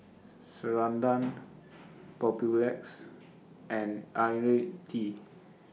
Ceradan Papulex and Ionil T